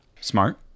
Smart